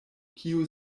kiu